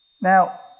Now